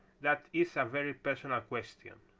that is a very personal question,